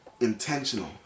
intentional